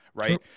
Right